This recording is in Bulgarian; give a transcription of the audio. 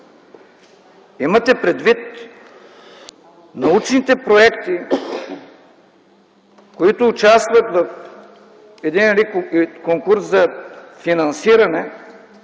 Имате предвид, че научните проекти, които участват в конкурс за финансиране,